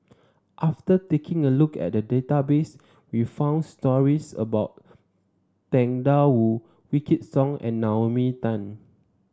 after taking a look at the database we found stories about Tang Da Wu Wykidd Song and Naomi Tan